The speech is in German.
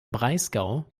breisgau